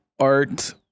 art